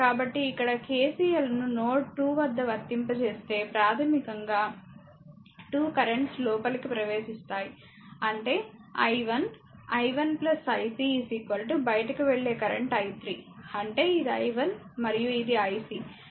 కాబట్టి ఇక్కడ KCL ను నోడ్ 2 వద్ద వర్తింపజేస్తే ప్రాథమికంగా 2 కరెంట్లు లోపలికి ప్రవేశిస్తాయి అంటే i1 i1 ic బయటకు వెళ్లే కరెంట్ i3 అంటే ఇది i1 మరియు ఇది ic నిజానికి 0